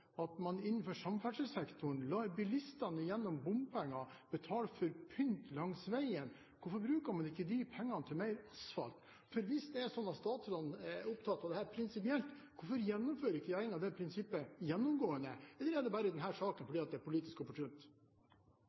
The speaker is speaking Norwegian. at man innen samferdselssektoren lar bilistene, gjennom bompenger, betale for pynt langs veien. Hvorfor bruker man ikke de pengene til mer asfalt? Hvis det er slik at stastråden er opptatt av dette prinsipielt, hvorfor gjennomfører ikke regjeringen det prinsippet gjennomgående – eller er det bare i denne saken, fordi det er politisk opportunt?